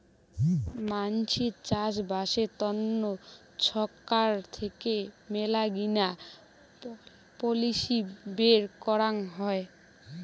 মানসির চাষবাসের তন্ন ছরকার থেকে মেলাগিলা পলিসি বের করাং হই